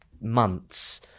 months